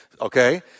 okay